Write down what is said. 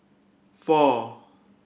four